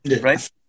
right